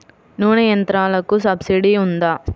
నూనె యంత్రాలకు సబ్సిడీ ఉందా?